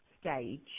stage